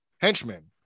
henchmen